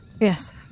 Yes